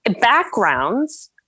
backgrounds